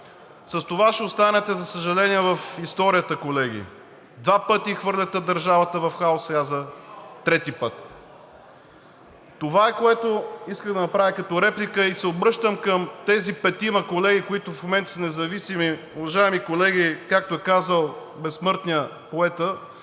С това ще останете, за съжаление, в историята, колеги. Два пъти хвърляте държавата в хаос, сега за трети път. Това е, което исках да направя като реплика. И се обръщам към тези петима колеги, които в момента са независими. Уважаеми колеги, както е казал безсмъртният,